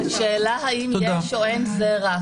השאלה היא אם יש או אין זרע,